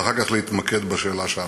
ואחר כך להתמקד בשאלה שאמרת.